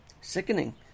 sickening